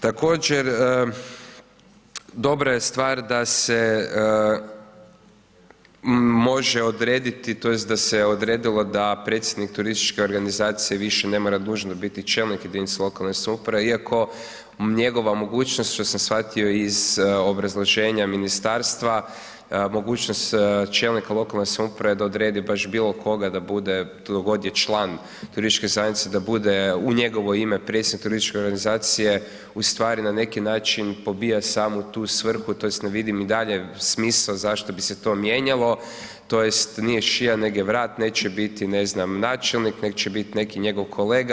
Također dobra je stvar da se može odrediti tj. da se odredilo da predsjednik turističke organizacije više ne mora nužno biti čelnik jedinice lokalne samouprave iako njegova mogućnost što sam shvatio iz obrazloženja ministarstva, mogućnost čelnika lokalne samouprave je da odredi baš bilo koga da bude, tko god je član turističke zajednice da bude u njegovo ime predsjednik turističke organizacije, ustvari na neki način pobija samu tu svrhu, tj. ne vidim i dalje smisao zašto bi se to mijenjalo, tj. nije šia nego je vrat, neće biti ne znam načelnik nego će biti neki njegov kolega.